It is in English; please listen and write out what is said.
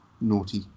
Naughty